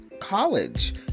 college